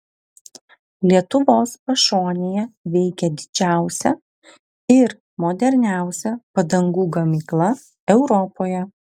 lietuvos pašonėje veikia didžiausia ir moderniausia padangų gamykla europoje